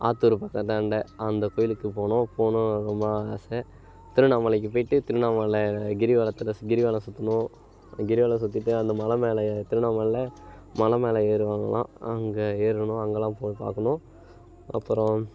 ஆத்தூரு பக்கத்தாண்டா அந்த கோவிலுக்கு போகணும் போகணுன்னு ரொம்ப நாள் ஆசை திருவண்ணாமலைக்கு போயிட்டு திருவண்ணாமலை கிரிவலத்தில் கிரிவலம் சுற்றணும் கிரிவலம் சுற்றிட்டு அந்த மலை மேலேதிருவண்ணாமலைல மல மேல ஏறுவாங்களாம் அங்கே ஏறணும் அங்கேலாம் போய் பார்க்கணும் அப்புறம்